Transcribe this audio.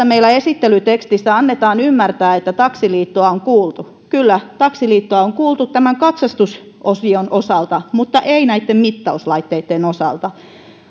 meillä esittelytekstissä annetaan ymmärtää että taksiliittoa on kuultu kyllä taksiliittoa on kuultu tämän katsastusosion osalta mutta ei näitten mittauslaitteitten osalta